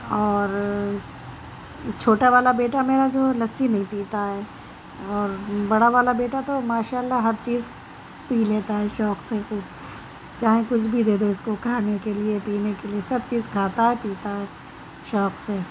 اور چھوٹا والا بیٹا میرا جو ہے لسی نہیں پیتا ہے اور بڑا والا بیٹا تو ماشااللّہ ہر چیز پی لیتا ہے شوق سے کوئی چاہے کچھ بھی دے دو اس کو کھانے کے لیے پینے کے لیے سب چیز کھاتا ہے پیتا ہے شوق سے